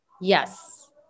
Yes